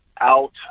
out